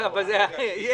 אבל יש.